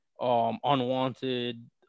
unwanted